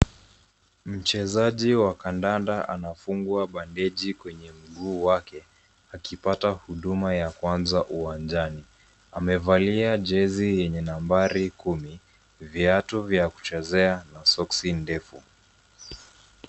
Mchezaji wa kadanda anafungwa bandeji kwenye mguu wake ,akipata huduma ya kwanza uwanjani. Amevalia jezi yenye nambari kumi, viatu vya kuchezea na soksi ndefu .